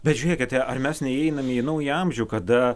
bet žiūrėkite ar mes neįeinam į naują amžių kada